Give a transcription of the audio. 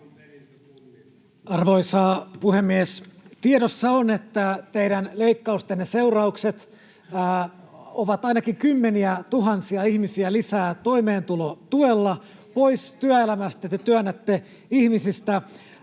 Arvoisa puhemies! Tiedossa on, että teidän leikkaustenne seuraukset ovat ainakin kymmeniätuhansia ihmisiä lisää toimeentulotuella. Te työnnätte ihmisiä